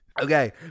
Okay